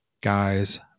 guys